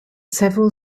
several